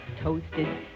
toasted